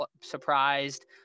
surprised